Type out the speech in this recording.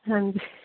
ਹਾਂਜੀ